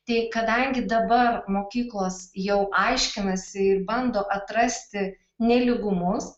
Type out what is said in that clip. tik kadangi dabar mokyklos jau aiškinasi ir bando atrasti nelygumus